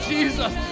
Jesus